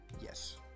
Yes